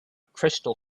crystal